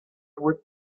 would